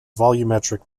volumetric